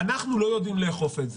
אנחנו לא יודעים לאכוף את זה.